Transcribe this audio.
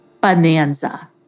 Bonanza